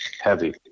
Heavy